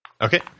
Okay